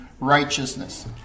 Righteousness